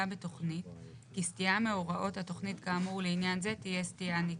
בתכנית כי סטייה מהוראות התכנית כאמור לעניין זה תהיה סטייה ניכרת,